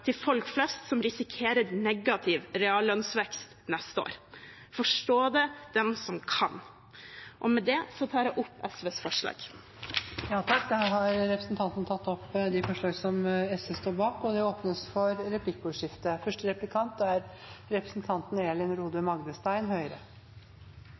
til folk flest som risikerer negativ reallønnsvekst neste år. Forstå det den som kan! Med det tar jeg opp SVs forslag og forslagene vi har sammen med Miljøpartiet De Grønne og med Rødt. Representanten Kari Elisabeth Kaski har tatt opp de forslag